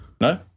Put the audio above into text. No